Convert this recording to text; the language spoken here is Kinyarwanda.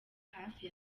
hafi